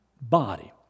body